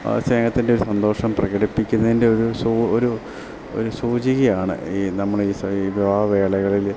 ആ സ്നേഹത്തിൻ്റെ ഒരു സന്തോഷം പ്രകടിപ്പിക്കുന്നതിൻ്റെ ഒരു സൂചന ഒരു ഒരു സൂചികയാണ് ഈ നമ്മൾ ഈ സ ഈ വിവാഹ വേളകളിൽ